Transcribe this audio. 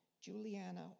Juliana